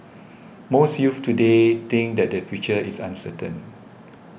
most youths today think that their future is uncertain